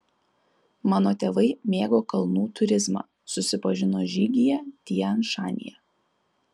mano tėvai mėgo kalnų turizmą susipažino žygyje tian šanyje